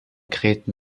gräten